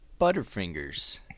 Butterfingers